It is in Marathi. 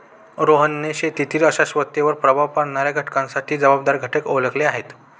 रोहनने शेतीतील शाश्वततेवर प्रभाव पाडणाऱ्या घटकांसाठी जबाबदार घटक ओळखले आहेत